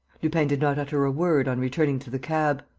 lupin did not utter a word on returning to the cab.